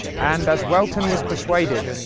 and as welton was persuaded,